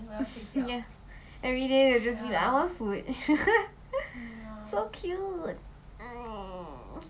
ya everyday they will just be like I want food so cute